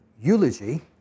eulogy